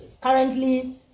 Currently